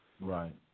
Right